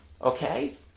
okay